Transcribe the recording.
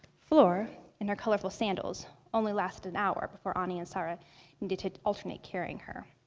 flor, in her colorful sandals, only lasted an hour before anie and sayra needed to alternate carrying her.